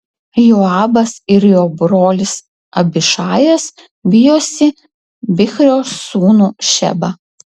joabas ir jo brolis abišajas vijosi bichrio sūnų šebą